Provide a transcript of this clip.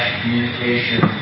communication